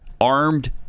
armed